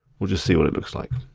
we'll just see what it looks like.